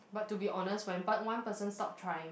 but to be honest when part one person stop trying